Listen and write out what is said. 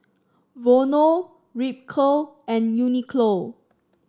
Vono Ripcurl and Uniqlo